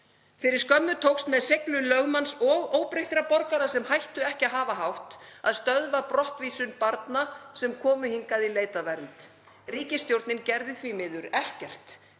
Fyrir skömmu tókst með seiglu lögmanns og óbreyttra borgara, sem hættu ekki að hafa hátt, að stöðva brottvísun barna sem komu hingað í leit að vernd. Ríkisstjórnin gerði því miður ekkert